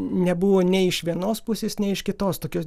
nebuvo nei iš vienos pusės nei iš kitos tokios